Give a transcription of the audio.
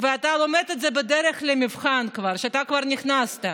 ואתה לומד את זה בדרך למבחן, כשכבר נכנסת.